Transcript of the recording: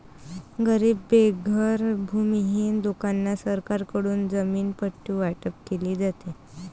गरीब बेघर भूमिहीन लोकांना सरकारकडून जमीन पट्टे वाटप केले जाते